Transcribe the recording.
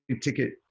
ticket